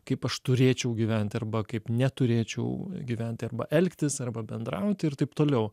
kaip aš turėčiau gyventi arba kaip neturėčiau gyventi arba elgtis arba bendrauti ir taip toliau